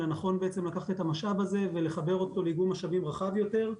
אלא נכון לקחת את המשאב הזה ולחבר אותו לאיגום משאבים רחב יותר.